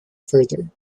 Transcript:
further